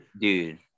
dude